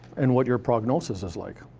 and what your prognosis is like.